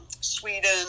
sweden